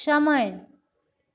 समय